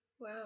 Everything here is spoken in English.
Wow